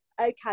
Okay